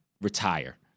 retire